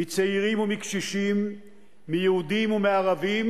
מצעירים ומקשישים, מיהודים ומערבים.